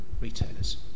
retailers